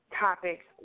topics